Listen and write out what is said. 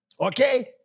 Okay